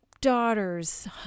daughters